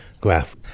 graph